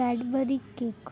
Cadbury cake